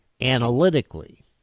analytically